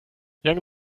young